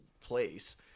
place